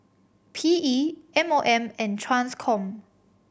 P E M O M and Transcom